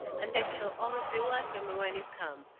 and that you shall always be welcome when you come,